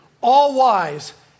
all-wise